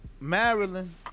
Maryland